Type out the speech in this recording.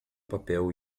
papel